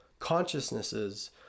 consciousnesses